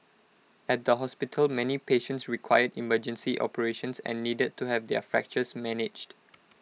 at the hospital many patients required emergency operations and needed to have their fractures managed